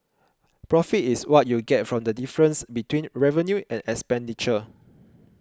profit is what you get from the difference between revenue and expenditure